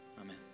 Amen